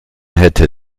hätte